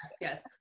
yes